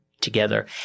together